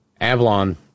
Avalon